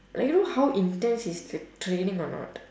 like you know how intense is the training or not